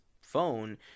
phone